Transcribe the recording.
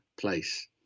place